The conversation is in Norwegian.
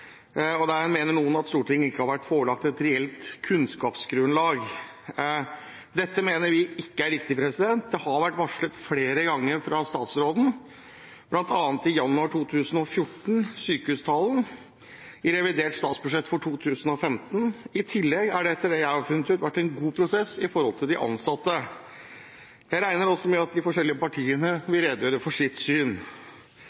Stortinget. Der mener noen at Stortinget ikke har vært forelagt et reelt kunnskapsgrunnlag. Dette mener vi ikke er riktig. Det har vært varslet flere ganger fra statsråden, bl.a. i januar 2014, sykehustalen og i revidert statsbudsjett for 2015. I tillegg har det etter det jeg har funnet ut, vært en god prosess med hensyn til de ansatte. Jeg regner også med at